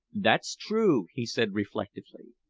that's true, he said reflectively.